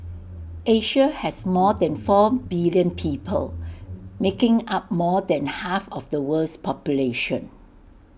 Asia has more than four billion people making up more than half of the world's population